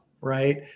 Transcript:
right